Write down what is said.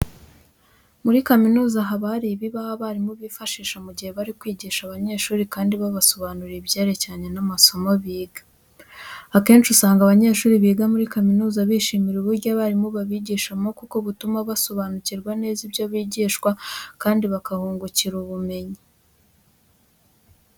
Muri kaminuza haba hari ibibaho abarimu bifashisha mu gihe bari kwigisha abanyeshuri kandi babasobanurira ibyerekeranye n'amasomo biga. Akenshi usanga abanyeshuri biga muri kaminuza bishimira uburyo abarimu babigishamo kuko butuma basobanukirwa neza ibyo bigishwa kandi bakahungukira ubumenyi.